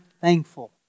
thankful